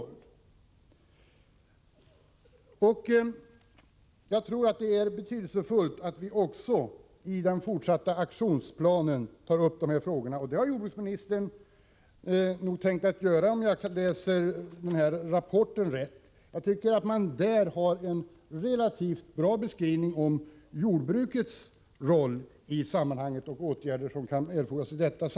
ningen av mark och Jag tror att det är betydelsefullt att vi också i den fortsatta aktionsplanen vatten, m.m. tar upp de här frågorna, och det har jordbruksministern tänkt göra, om jag läser rapporten rätt. Jag tycker att man där har en relativt bra beskrivning av jordbrukets roll i sammanhanget och de åtgärder som kan erfordras.